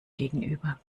gegenüber